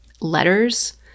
letters